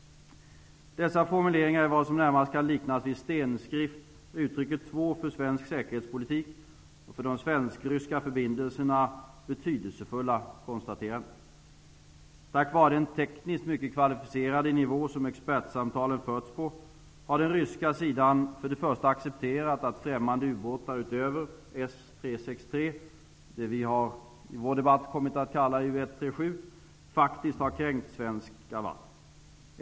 Dessa formuleringar i vad som närmast kan liknas vid stenskrift uttrycker två för svensk säkerhetspolitik och för de svensk-ryska förbindelserna betydelsefulla konstateranden. Tack vare den tekniskt mycket kvalificerade nivå som expertsamtalen förts på, har man från ryska sidan för det första accepterat att främmande ubåtar utöver S-363 -- i vår debatt benämnd som U 137 -- faktiskt har kränkt svenska vatten.